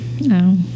No